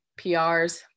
PRs